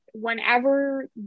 whenever